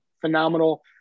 Phenomenal